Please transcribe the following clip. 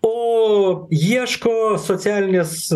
o ieško socialinės